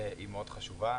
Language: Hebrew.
זה מאוד חשוב.